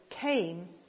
came